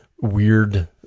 weird